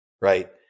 Right